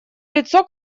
лицо